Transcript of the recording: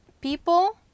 people